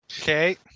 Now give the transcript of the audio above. Okay